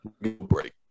break